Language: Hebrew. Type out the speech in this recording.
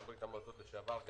גם ברית המועצות לשעבר,